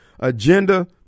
agenda